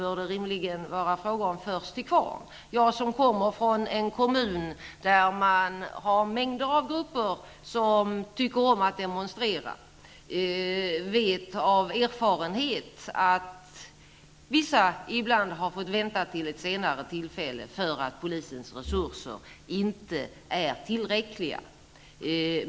Då bör det rimligen vara fråga om Jag, som kommer från en kommun där det finns mängder av grupper som tycker om att demonstrera, vet av erfarenhet att vissa ibland har fått vänta till ett senare tillfälle, för att polisens resurser inte är tillräckliga.